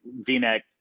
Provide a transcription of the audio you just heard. v-neck